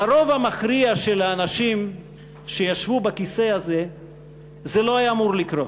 לרוב המכריע של האנשים שישבו בכיסא הזה זה לא היה אמור לקרות.